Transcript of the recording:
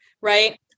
right